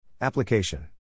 Application